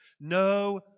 No